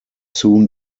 soon